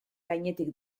gainetik